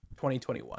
2021